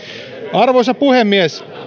arvoisa puhemies